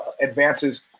advances